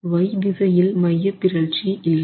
y திசையில் மையப்பிறழ்ச்சி இல்லை